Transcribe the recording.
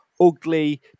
ugly